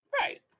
Right